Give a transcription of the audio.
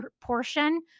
portion